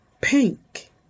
pink